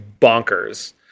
bonkers